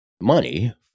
money